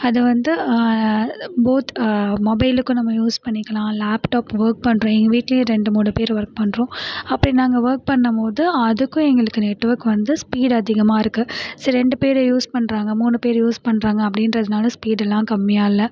அத வந்து போத் மொபைலுக்கு நம்ம யூஸ் பண்ணிக்கலாம் லேப்டாப் ஒர்க் பண்ணுற எங்கள் வீட்டிலியும் ரெண்டு மூணு பேர் ஒர்க் பண்ணுறோம் அப்படி நாங்கள் ஒர்க் பண்ணம்மோது அதுக்கும் எங்களுக்கு நெட்ஒர்க் வந்து ஸ்பீட் அதிகமாக இருக்குது சரி ரெண்டு பேர் யூஸ் பண்ணுறாங்க மூணு பேர் யூஸ் பண்ணுறாங்க அப்படின்றதுனால ஸ்பீடெல்லாம் கம்மியால்ல